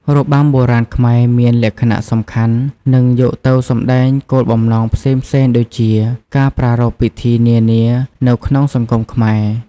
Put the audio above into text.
របាំបុរាណខ្មែរមានលក្ខណៈសំខាន់ និង យកទៅសម្តែងគោលបំណងផ្សេងៗ ដូចជា ការប្រារព្ធពិធីនានានៅក្នុងសង្គមខ្មែរ។